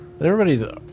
everybody's